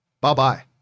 bye-bye